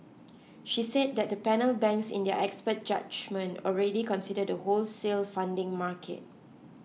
she said the panel banks in their expert judgement already consider the wholesale funding market